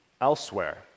elsewhere